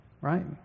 right